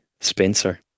Spencer